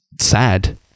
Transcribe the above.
sad